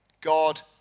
God